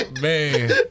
Man